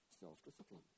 Self-discipline